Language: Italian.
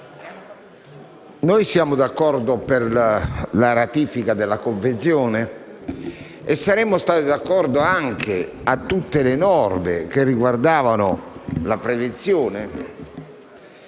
siamo d'accordo per la ratifica della Convenzione e saremmo stati d'accordo anche su tutte le norme che riguardavano la prevenzione.